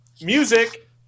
Music